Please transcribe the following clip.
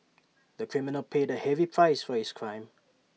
the criminal paid A heavy price for his crime